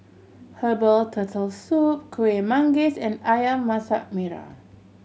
herbal Turtle Soup Kuih Manggis and Ayam Masak Merah